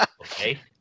Okay